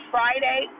Friday